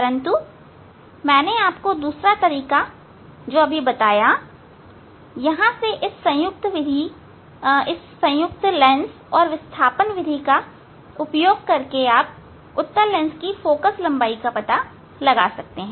परंतु मैंने आपको दूसरा तरीका दिखाया यहां से इस संयुक्त विधि संयुक्त लेंस और विस्थापन विधि का उपयोग करके आप उत्तल लेंस की फोकल लंबाई का पता लगा सकते हैं